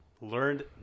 Learned